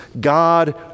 God